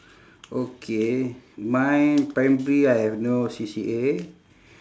okay mine primary I have no C_C_A